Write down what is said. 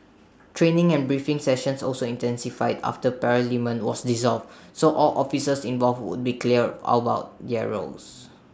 training and briefing sessions also intensified after parliament was dissolved so all officers involved would be clear all about their roles